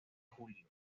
julio